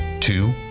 Two